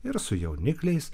ir su jaunikliais